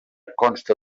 consta